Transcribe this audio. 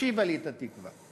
השיבה לי את התקווה.